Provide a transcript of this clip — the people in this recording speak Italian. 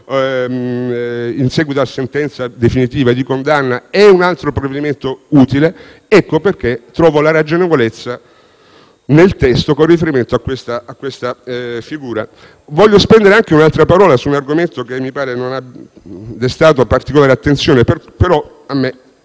in seguito a sentenza definitiva di condanna, è un altro probabilmente utile; ecco perché trovo ragionevolezza nel testo con riferimento a questa figura. Voglio spendere anche un'altra parola su un argomento che mi pare non abbia destato particolare attenzione, però l'ha